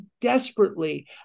desperately